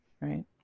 right